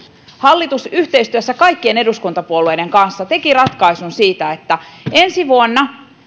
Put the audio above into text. hallitus yhteistyössä kaikkien eduskuntapuolueiden kanssa teki ratkaisun siitä että ensi vuonna